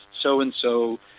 so-and-so